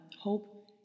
hope